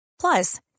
Plus